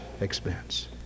expense